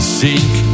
seek